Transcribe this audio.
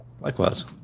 Likewise